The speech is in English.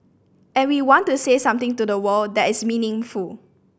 and we want to say something to the world that is meaningful